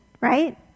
right